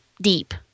deep